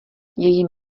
její